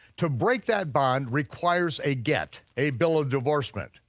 to break that bond requires a get, a bill of divorcement.